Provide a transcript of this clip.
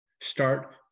start